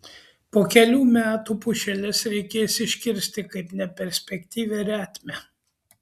po kelių metų pušeles reikės iškirsti kaip neperspektyvią retmę